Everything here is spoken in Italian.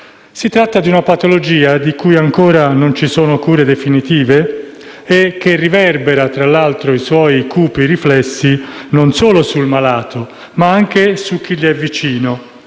Si tratta di una patologia per cui ancora non ci sono cure definitive e che riverbera, tra l'altro, i suoi cupi riflessi non solo sul malato, ma anche su chi gli è vicino,